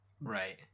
right